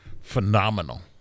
phenomenal